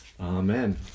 Amen